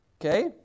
Okay